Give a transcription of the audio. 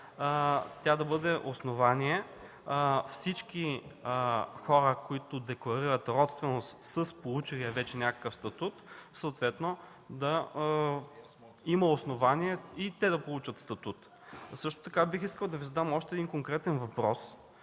да бъде основание всички хора, които декларират родственост с получилия вече някакъв статут, съответно да има основание и те да получат статут? Също така бих искал да Ви задам още един конкретен въпрос